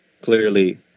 Clearly